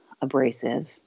abrasive